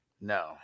No